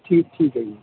ਠੀਕ ਠੀਕ ਹੈ ਜੀ